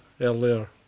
earlier